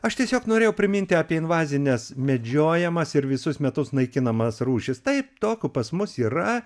aš tiesiog norėjau priminti apie invazines medžiojamas ir visus metus naikinamas rūšis taip tokių pas mus yra